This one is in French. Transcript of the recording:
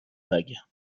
vague